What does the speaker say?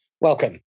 welcome